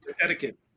etiquette